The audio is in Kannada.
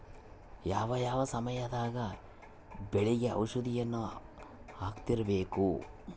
ಯಾವ ಯಾವ ಸಮಯದಾಗ ಬೆಳೆಗೆ ಔಷಧಿಯನ್ನು ಹಾಕ್ತಿರಬೇಕು?